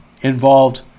involved